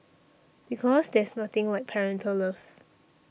because there's nothing like parental love